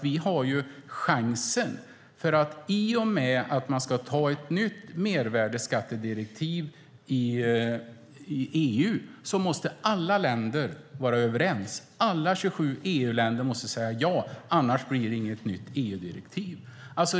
Vi har ju chansen, för i och med att man ska besluta om ett nytt mervärdeskattedirektiv i EU måste alla länder vara överens - alla 27 EU-länder måste säga ja, för annars blir det inget nytt EU-direktiv.